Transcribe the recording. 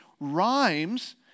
rhymes